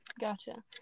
gotcha